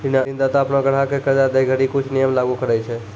ऋणदाता अपनो ग्राहक क कर्जा दै घड़ी कुछ नियम लागू करय छै